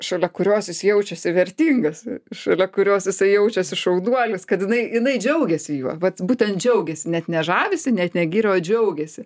šalia kurios jis jaučiasi vertingas šalia kurios jisai jaučiasi šaunuolis kad jinai jinai džiaugiasi juo vat būtent džiaugiasi net ne žavisi ne giria o džiaugiasi